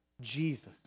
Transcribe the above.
Jesus